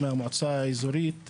מהמועצה האזורית,